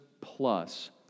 plus